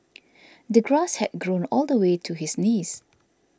the grass had grown all the way to his knees